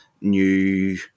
new